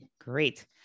Great